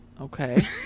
Okay